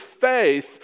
faith